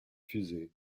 fusées